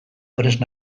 prest